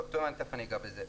ותיכף אגע בזה.